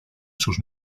sus